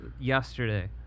yesterday